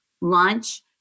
lunch